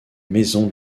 maison